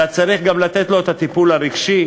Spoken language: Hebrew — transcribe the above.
אלא צריך גם לתת לו את הטיפול הרגשי,